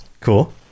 Cool